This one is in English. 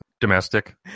Domestic